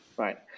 Right